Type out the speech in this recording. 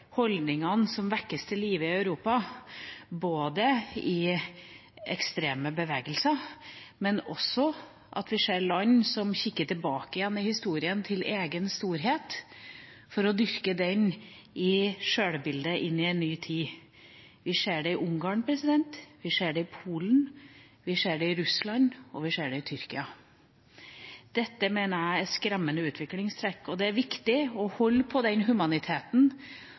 holdningene som vekkes til live i Europa, både i ekstreme bevegelser og i at vi ser land som kikker tilbake i historien til egen storhet, for å dyrke den i sjølbildet inn i en ny tid. Vi ser det i Ungarn, vi ser det i Polen, vi ser det i Russland, og vi ser det i Tyrkia. Dette mener jeg er skremmende utviklingstrekk. Det er viktig å holde på den humaniteten